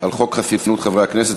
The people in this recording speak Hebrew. על חוק חסינות חברי הכנסת,